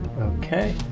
Okay